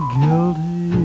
guilty